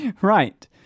right